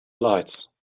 lights